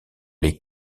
les